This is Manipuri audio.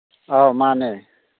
ꯑꯧ ꯃꯥꯅꯦ